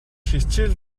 хичээл